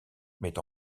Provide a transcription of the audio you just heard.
met